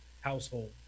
household